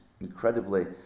incredibly